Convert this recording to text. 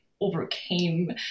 overcame